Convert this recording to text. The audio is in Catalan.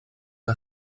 que